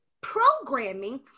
programming